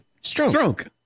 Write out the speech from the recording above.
stroke